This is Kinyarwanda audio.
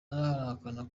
arahakana